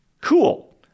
Cool